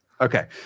Okay